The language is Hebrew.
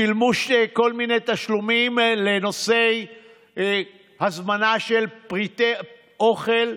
שילמו כל מיני תשלומים לנושאי הזמנה של פריטי אוכל,